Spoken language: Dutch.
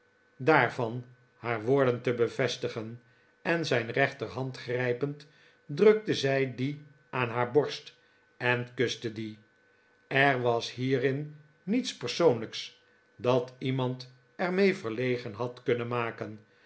daarvan haar wporden te bevestigen en zijn rechterhand grijpend drukte zij die aan haar borst en kuste die er was hierin niets persoonlijks dat iemand er mee verlegen had kunnen maken